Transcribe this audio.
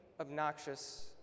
obnoxious